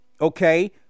okay